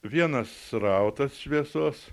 vienas srautas šviesos